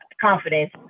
confidence